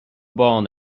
bán